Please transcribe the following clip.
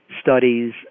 studies